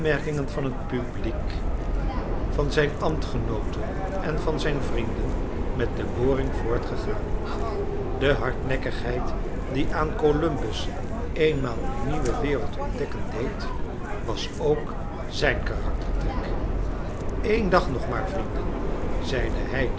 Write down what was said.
van het publiek van zijn ambtgenooten en van zijn vrienden met de boring voortgegaan de hardnekkigheid die aan columbus eenmaal een nieuwe wereld ontdekken deed was ook zijn karaktertrek één dag nog maar vrienden zeide hij